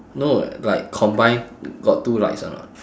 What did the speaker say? no like combine got two lights or not